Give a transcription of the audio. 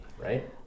right